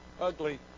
Ugly